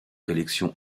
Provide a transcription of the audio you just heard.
collections